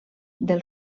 del